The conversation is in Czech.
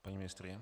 Paní ministryně.